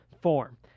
form